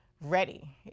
ready